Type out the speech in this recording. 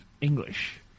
English